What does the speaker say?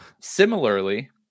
Similarly